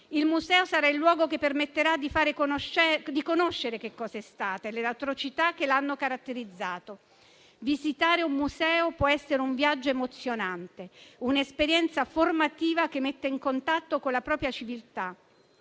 Il Museo sarà il luogo che permetterà di conoscere che cosa sono state le l'atrocità che hanno caratterizzato l'Olocausto. Visitare un museo può essere un viaggio emozionante, un'esperienza formativa che mette in contatto con la propria civiltà.